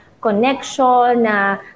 connection